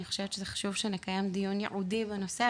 אני חושבת שזה חשוב שנקיים דיון ייעודי בנושא,